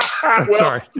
sorry